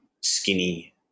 skinny